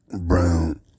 brown